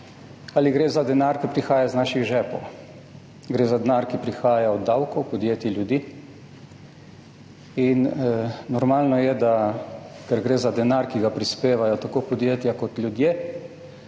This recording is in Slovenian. Ali gre za denar, ki prihaja iz naših žepov? Gre za denar, ki prihaja od davkov, podjetij, ljudi. Normalno je, da je, ker gre za denar, ki ga prispevajo tako podjetja kot ljudje,